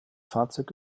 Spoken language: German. fahrzeug